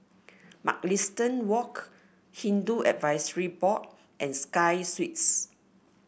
Mugliston Walk Hindu Advisory Board and Sky Suites